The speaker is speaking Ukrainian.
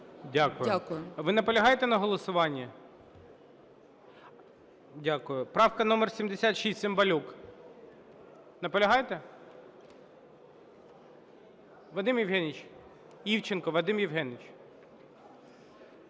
Дякую. Ви наполягаєте на голосуванні? Дякую. Правка номер 76, Цимбалюк. Наполягаєте? Вадим Євгенович, Івченко Вадим Євгенович!